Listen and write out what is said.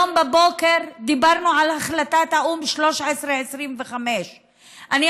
היום בבוקר דיברנו על החלטת האו"ם 1325. אני